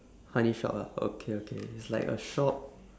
honey shop ah okay okay it's like a shop